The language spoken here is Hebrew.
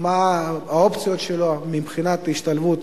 מה האופציות שלו מבחינת השתלבות